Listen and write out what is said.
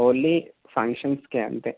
only ఫంక్షన్స్కే అంతే